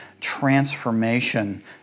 transformation